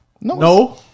No